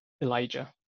Elijah